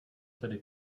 tedy